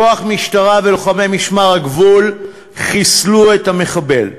כוח משטרה ולוחמי משמר הגבול חיסלו את המחבל.